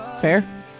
Fair